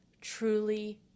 truly